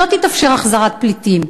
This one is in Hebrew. לא תתאפשר החזרת פליטים,